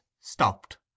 stopped